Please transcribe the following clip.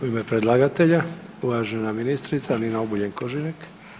U ime predlagatelja uvažena ministrica Nina Obuljen Koržinek.